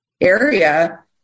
area